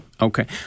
okay